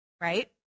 right